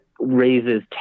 raises